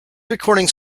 recordings